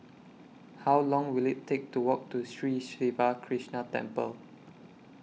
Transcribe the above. How Long Will IT Take to Walk to Sri Siva Krishna Temple